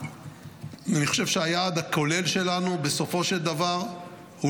אני חושב שהיעד הכולל שלנו בסופו של דבר הוא